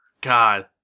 God